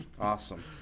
Awesome